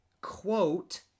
quote